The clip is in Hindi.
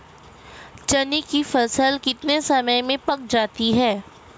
चने की फसल कितने समय में पक जाती है?